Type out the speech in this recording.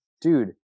dude